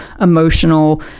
emotional